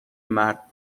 مرد